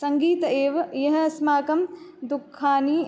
सङ्गीतम् एव इह अस्माकं दुःखानि